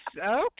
Okay